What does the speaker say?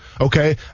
okay